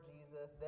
Jesus